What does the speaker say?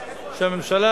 שהממשלה,